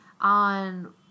On